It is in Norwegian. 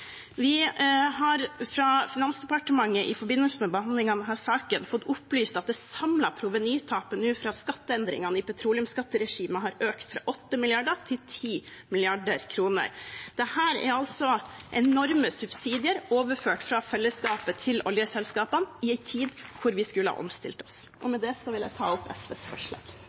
Vi har fra Finansdepartementet i forbindelse med behandling av denne saken fått opplyst at det samlede provenytapet fra skatteendringene i petroleumsskatteregimet nå har økt fra 8 mrd. kr til 10 mrd. kr. Dette er enorme subsidier overført fra fellesskapet til oljeselskapene i en tid hvor vi skulle ha omstilt oss. Med det vil jeg ta opp SVs forslag.